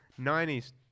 90s